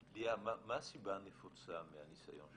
ליאם, מה הסיבה הנפוצה, מהניסיון שלך,